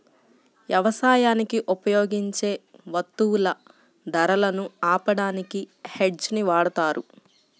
యవసాయానికి ఉపయోగించే వత్తువుల ధరలను ఆపడానికి హెడ్జ్ ని వాడతారు